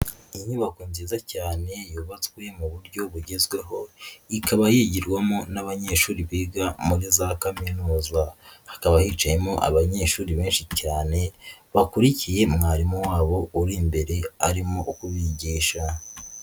Inyubako nziza cyane yubatswe mu buryo bugezweho ikaba yigirwamo n'abanyeshuri biga muri za kaminuza, hakaba hicayemo abanyeshuri benshi cyane bakurikiye mwarimu wabo uri imbere arimo kubigisha.